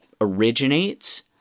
Originates